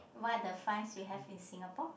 what are the fines you have in Singapore